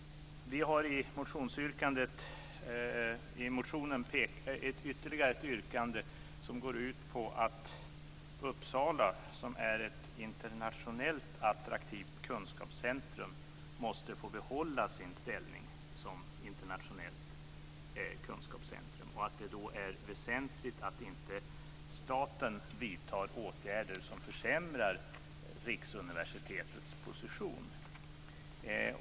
Vi har i motionen ytterligare ett yrkande som går ut på att Uppsala, som är ett internationellt attraktivt kunskapscentrum, måste få behålla sin ställning som internationellt kunskapscentrum och att det då är väsentligt att staten inte vidtar åtgärder som försämrar riksuniversitetets position.